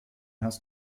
hast